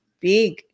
big